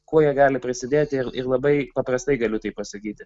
kuo jie gali prisidėti ir ir labai paprastai galiu tai pasakyti